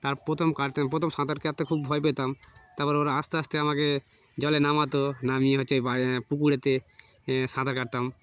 আর প্রথম কাটতে প্রথম সাঁতার কাটতে খুব ভয় পেতাম তারপর ওরা আস্তে আস্তে আমাকে জলে নামাত নামিয়ে হচ্ছে এই বা পুকুরেতে সাঁতার কাটতাম